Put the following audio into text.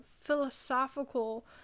philosophical